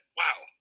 wow